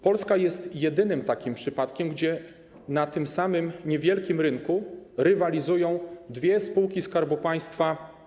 Polska jest jedynym takim przypadkiem, gdzie na tym samym, niewielkim rynku w sektorze paliw rywalizują dwie spółki Skarbu Państwa.